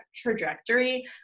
trajectory